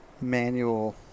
manual